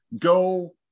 Go